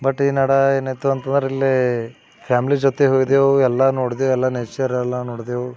but ಏನು ಅಡ ಏನಾಯಿತು ಅಂತಂದ್ರೆ ಇಲ್ಲಿ ಫ್ಯಾಮ್ಲಿ ಜೊತೆ ಹೋಗಿದ್ದೆವು ಎಲ್ಲ ನೋಡ್ದೆವು ಎಲ್ಲ ನೇಚರ್ ಎಲ್ಲ ನೋಡಿದೆವು